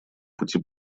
пути